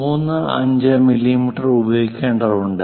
35 millimetre ഉപയോഗിക്കേണ്ടതുണ്ട്